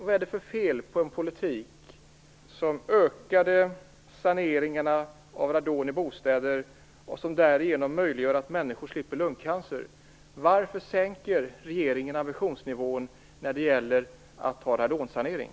Vad är det för fel på en politik som ökar saneringarna av radon i bostäder och därigenom möjliggör att människor slipper lungcancer? Varför sänker regeringen ambitionsnivån när det gäller radonsanering?